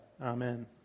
amen